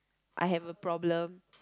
I have a problem